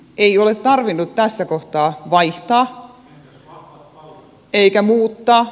ei ole tarvinnut tässä kohtaa vaihtaa eikä muuttaa